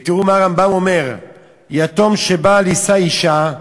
ותראו מה הרמב"ם אומר: "יתום שבא לישא" אישה,